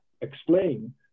explain